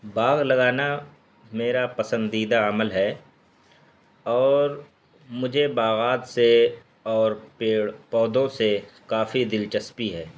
باغ لگانا میرا پسندیدہ عمل ہے اور مجھے باغات سے اور پیڑ پودوں سے کافی دلچسپی ہے